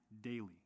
daily